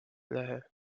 lähe